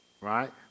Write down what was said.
Right